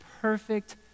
perfect